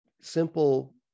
simple